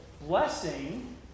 blessing